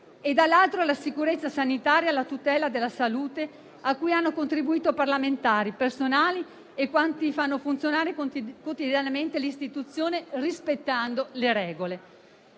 - dall'altro - la sicurezza sanitaria e la tutela della salute, a cui hanno contribuito parlamentari, personale e quanti fanno funzionare quotidianamente l'istituzione rispettando le regole.